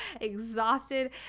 exhausted